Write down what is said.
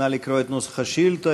נא לקרוא את נוסח השאילתה.